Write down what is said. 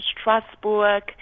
Strasbourg